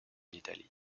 italie